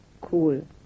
cool